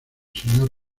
señor